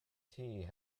tea